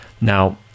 now